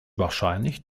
wahrscheinlich